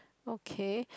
okay